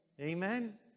Amen